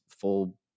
full –